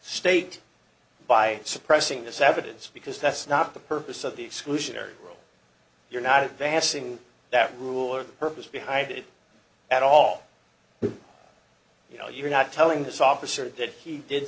state by suppressing the savage because that's not the purpose of the exclusionary rule you're not advancing that rule or the purpose behind it at all you know you're not telling this officer did he did